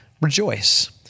rejoice